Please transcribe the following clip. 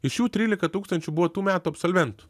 iš jų trylika tūkstančių buvo tų metų absolventų